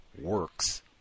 Works